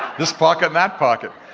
this pocket and that pocket.